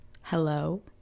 hello